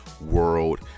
World